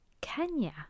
Kenya